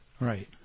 Right